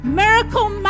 miracle